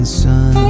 sun